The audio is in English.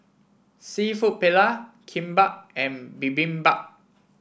seafood Paella Kimbap and Bibimbap